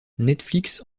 netflix